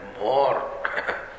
more